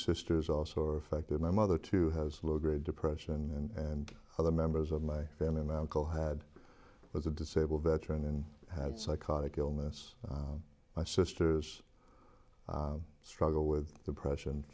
sisters also are affected my mother too has a low grade depression and other members of my family my uncle had was a disabled veteran and had psychotic illness my sisters struggle with depression